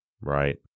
right